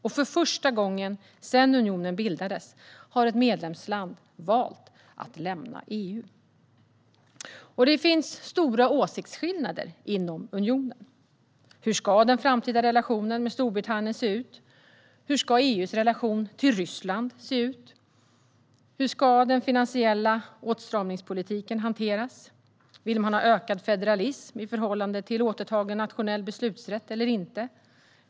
Och för första gången sedan unionen bildades har ett medlemsland valt att lämna EU. Det finns stora åsiktsskillnader inom unionen: Hur ska den framtida relationen med Storbritannien se ut? Hur ska EU:s relation till Ryssland se ut? Hur ska den finansiella åtstramningspolitiken hanteras? Vill man ha ökad federalism i förhållande till återtagen nationell beslutsrätt eller inte?